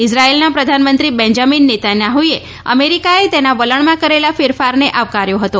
ઇઝરાચેલના પ્રધાનમંત્રી બેન્જામીન નેતાન્યાફએ અમેરિકાએ તેના વલણમાં કરેલા ફેરફારને આવકાર્યો હતો